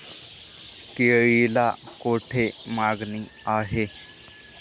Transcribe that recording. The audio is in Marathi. केळीला कोठे मागणी आहे?